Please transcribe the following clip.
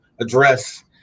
address